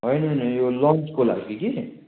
होइन होइन यो लन्चको लागि कि